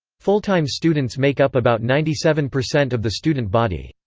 full-time students make up about ninety seven percent of the student body.